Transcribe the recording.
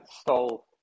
stole